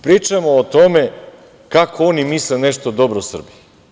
Pričamo o tome kako oni misle nešto dobro Srbiji.